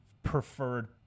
preferred